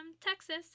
Texas